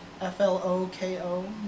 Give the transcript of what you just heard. F-L-O-K-O